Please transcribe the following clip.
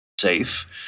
safe